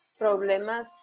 problemas